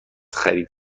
خرید